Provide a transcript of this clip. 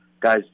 guys